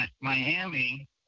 Miami